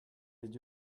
did